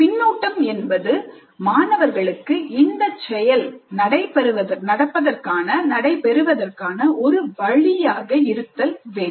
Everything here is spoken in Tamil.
பின்னூட்டம் என்பது மாணவர்களுக்கு இந்தச் செயல் நடப்பதற்கான ஒருவழியாக இருத்தல் வேண்டும்